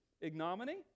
ignominy